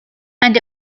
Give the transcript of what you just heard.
and